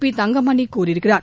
B Thangamani கூறியிருக்கிறார்